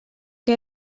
que